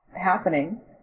happening